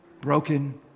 broken